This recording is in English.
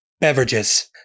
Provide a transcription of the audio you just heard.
beverages